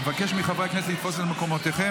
אבקש מחברי הכנסת לתפוס את מקומותיהם.